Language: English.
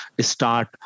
start